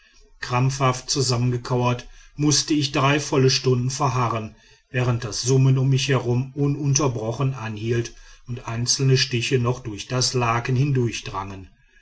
krampfhaft zusammengekauert mußte ich drei volle stunden verharren während das summen um mich herum ununterbrochen anhielt und einzelne stiche noch durch das laken